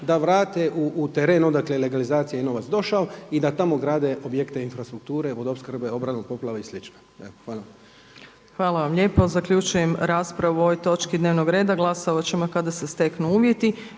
da vrate u teren odakle je legalizacija i novac došao i da tamo grade objekte, infrastrukture, vodoopskrbe, obranu od poplava i slično. Evo, hvala vam. **Opačić, Milanka (SDP)** Hvala vam lijepo. Zaključujem raspravu o ovoj točki dnevnog reda. Glasovati ćemo kada se steknu uvjeti.